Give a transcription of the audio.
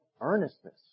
earnestness